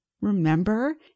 remember